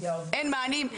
אין מענים,